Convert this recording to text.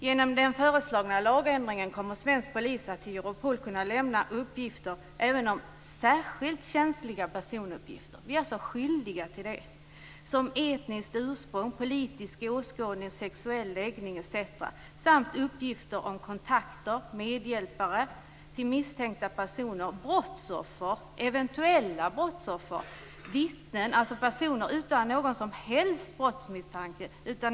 Genom den föreslagna lagändringen kommer svensk polis att vara skyldig att till Europol lämna ut även särskilt känsliga personuppgifter, som t.ex. etniskt ursprung, politisk åskådning och sexuell läggning, samt uppgifter om kontakter och medhjälpare till misstänkta personer liksom också om eventuella brottsoffer och vittnen, alltså personer utan någon som helst brottsmisstanke.